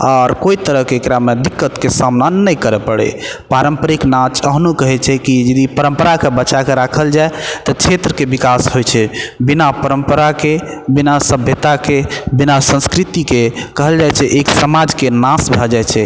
आर कोइ तरहके एकरामे दिक्कतके सामना नहि करऽ पड़ै पारम्परिक नाच ओहुनो कहै छै कि यदि परम्पराके बचाके राखल जाए तऽ क्षेत्रके विकास होइ छै बिना परम्पराके बिना सभ्यताके बिना संस्कृतिके कहल जाइ छै एक समाजके नाश भऽ जाइ छै